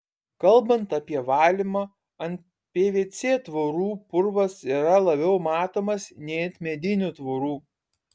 kalbant apie valymą ant pvc tvorų purvas yra labiau matomas nei ant medinių tvorų